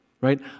right